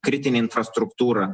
kritinė infrastruktūra